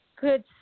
good